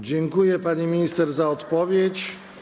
Dziękuję, pani minister, za odpowiedź.